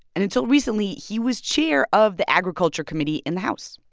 and until recently, he was chair of the agriculture committee in the house